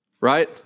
right